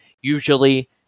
Usually